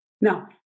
Now